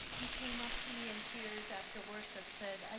he came up to me in tears after worship, said,